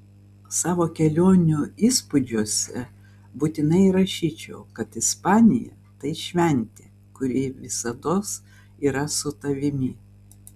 savo kelionių įspūdžiuose būtinai įrašyčiau kad ispanija tai šventė kuri visados yra su tavimi